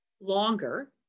longer